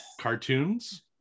Cartoons